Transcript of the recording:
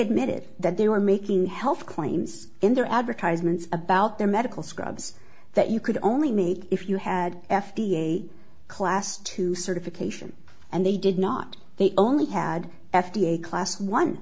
admitted that they were making health claims in their advertisements about their medical scrubs that you could only make if you had f d a a class to certification and they did not they only had f d a class one